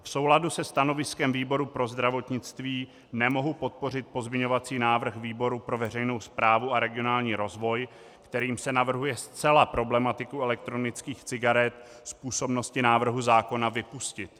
V souladu se stanoviskem výboru pro zdravotnictví nemohu podpořit pozměňovací návrh výboru pro veřejnou správu a regionální rozvoj, kterým se navrhuje zcela problematiku elektronických cigaret z působnosti návrhu zákona vypustit.